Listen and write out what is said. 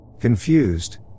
Confused